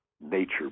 nature